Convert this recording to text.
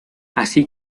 así